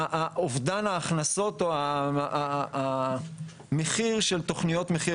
אובדן ההכנסות או מחיר של תוכניות מחיר